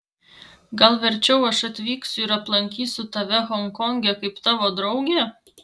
gal verčiau aš atvyksiu ir aplankysiu tave honkonge kaip tavo draugė